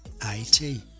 I-T